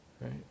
right